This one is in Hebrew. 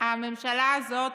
הממשלה הזאת